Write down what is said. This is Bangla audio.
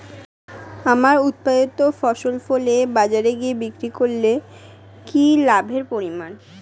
আমার উৎপাদিত ফসল ফলে বাজারে গিয়ে বিক্রি করলে কি লাভের পরিমাণ?